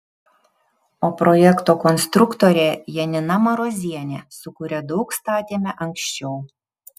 o projekto konstruktorė janina marozienė su kuria daug statėme anksčiau